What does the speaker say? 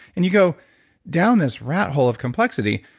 and you go down this rat hole of complexity.